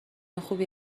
خوبی